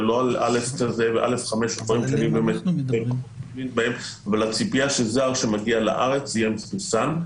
לא על א' כזה א5 אבל הציפייה היא שזר שמגיע לארץ יהיה מחוסן.